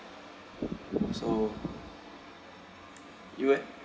so you eh